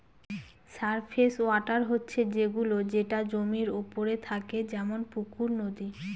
surface water হচ্ছে সে গুলো যেটা জমির ওপরে থাকে যেমন পুকুর, নদী